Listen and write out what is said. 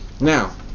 Now